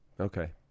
Okay